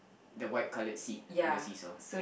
the white colored seat on the seesaw